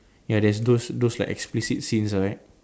ya there's those those like explicit scenes right